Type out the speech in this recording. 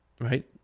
right